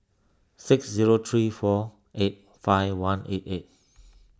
six zero three four eight five one eight eight